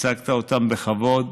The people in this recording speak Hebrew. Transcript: ייצגת אותם בכבוד.